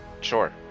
Sure